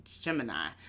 Gemini